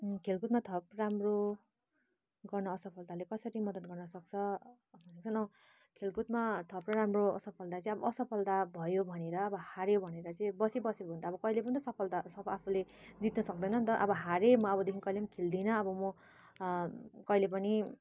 खेलकुदमा थप राम्रो गर्न असफलताले कसरी मद्दत गर्नसक्छ खेलकुदमा थप र राम्रो असफलता चाहिँ असफलता भयो भनेर अब हाऱ्यो भनेर चाहिँ बसिबस्यो भने त अब कहिले पनि त सफलता आफूले जित्न सक्दैन नि त अब हारेँ म अबदेखि कहिले पनि खेल्दिनँ अब म कहिले पनि